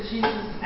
Jesus